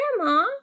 Grandma